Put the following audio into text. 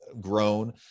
grown